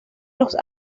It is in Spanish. los